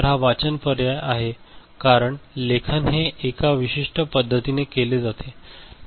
तर हा वाचन पर्याय आहे कारण लेखन हे एका विशिष्ट पद्धतीने केले जाते